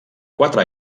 quatre